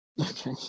Okay